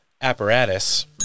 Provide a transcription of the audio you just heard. apparatus